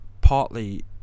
partly